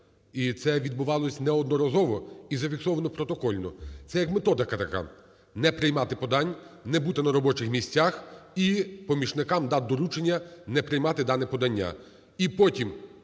і це відбувалось неодноразово і зафіксовано протокольно. Це як методика така: не приймати подань, не бути на робочих місцях і помічникам дав доручення не приймати дане подання.